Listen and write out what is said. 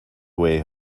way